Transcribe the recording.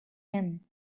him